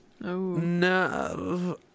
No